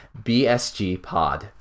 BSGpod